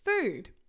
food